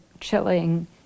chilling